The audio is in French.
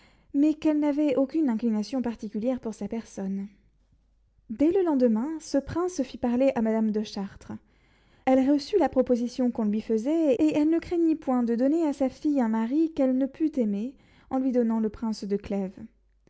mais qu'elle n'avait aucune inclination particulière pour sa personne dès le lendemain ce prince fit parler à madame de chartres elle reçut la proposition qu'on lui faisait et elle ne craignit point de donner à sa fille un mari qu'elle ne pût aimer en lui donnant le prince de